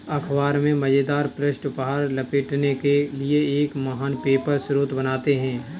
अख़बार में मज़ेदार पृष्ठ उपहार लपेटने के लिए एक महान पेपर स्रोत बनाते हैं